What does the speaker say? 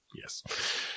Yes